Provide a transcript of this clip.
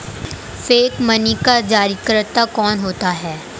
Fiat money का जारीकर्ता कौन होता है?